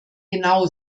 genau